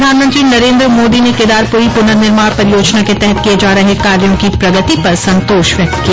प्रधानमंत्री नरेंद्र मोदी ने केदारपुरी पुनर्निर्माण परियोजना के तहत किए जा रहे कार्यों की प्रगति पर संतोष व्यक्त किया